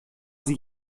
sie